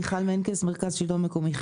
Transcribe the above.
אני רוצה לשאול שאלה.